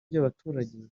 by’abaturage